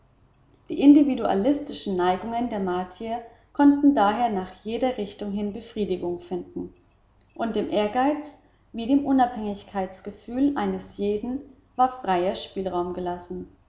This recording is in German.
die individualistischen neigungen der martier konnten daher nach jeder richtung hin befriedigung finden und dem ehrgeiz wie dem unabhängigkeitsgefühl eines jeden war freier spielraum gelassen